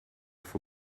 for